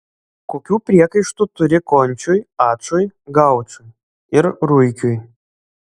kokių priekaištų turi končiui ačui gaučui ir ruikiui